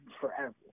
forever